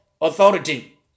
authority